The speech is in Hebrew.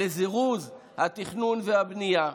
לזירוז התכנון והבנייה.